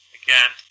again